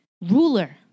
Ruler